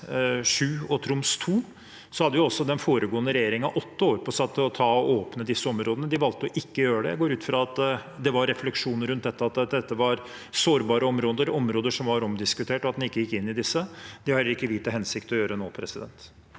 og Troms 2, hadde også den foregående regjeringen åtte år på seg til å åpne disse områdene. De valgte å ikke gjøre det, og jeg går ut fra at det var refleksjoner rundt dette, at dette var sårbare områder, områder som var omdiskutert, og at en ikke gikk inn i disse. Det har heller ikke vi til hensikt å gjøre nå. Mo rten